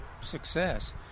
success